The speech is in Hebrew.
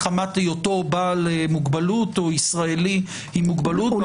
מחמת היותו בעל מוגבלות או ישראלי עם מוגבלות- -- עם מוגבלות.